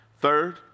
Third